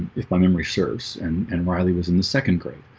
if my memory serves and and marley was in the second grade,